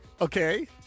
Okay